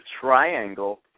Triangle